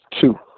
Two